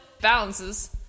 balances